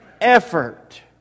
effort